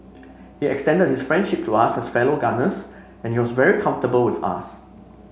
he extended his friendship to us as fellow gunners and he was very comfortable with us